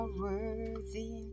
worthy